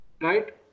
Right